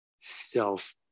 self